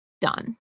done